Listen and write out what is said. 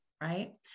right